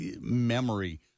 memory